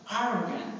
arrogant